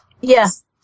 Yes